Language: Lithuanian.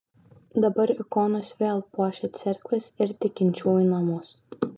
dabar ikonos vėl puošia cerkves ir tikinčiųjų namus